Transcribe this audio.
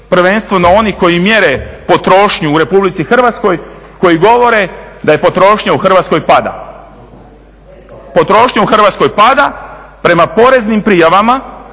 prvenstveno oni koji mjere potrošnju u Republici Hrvatskoj, koji govore da potrošnja u Hrvatskoj pada. Potrošnja u Hrvatskoj pada prema poreznim prijavama